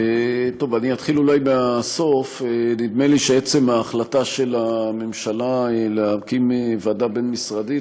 אתחיל אולי מהסוף: נדמה לי שעצם ההחלטה של הממשלה להקים ועדה בין-משרדית